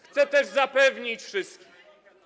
Chcę też zapewnić wszystkich.